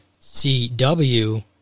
CW